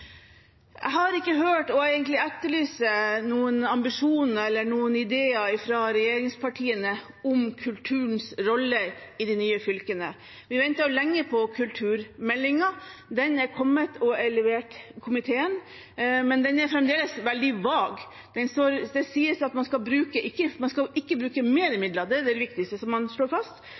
Jeg har ikke hørt – og jeg etterlyser egentlig – noen ambisjoner eller noen ideer fra regjeringspartiene om kulturens rolle i de nye fylkene. Vi ventet lenge på kulturmeldingen. Den er kommet og er levert til komiteen, men den er fremdeles veldig vag. Det sies at man ikke skal bruke mer midler. Det er det viktigste som man slår fast,